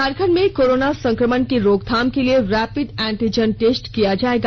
झारखंड में कोरोना संक्रमण की रोकथाम के लिए रैपिड एंटिजन टेस्ट किया जायेगा